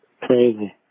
crazy